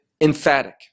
emphatic